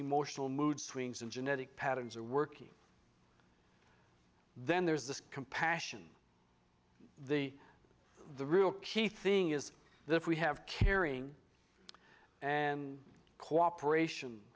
emotional mood swings and genetic patterns are working then there's this compassion the the real key thing is that if we have caring and cooperation